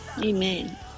Amen